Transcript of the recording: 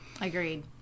Agreed